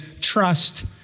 trust